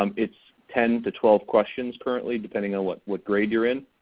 um it's ten to twelve questions currently depending on what what grade you're in.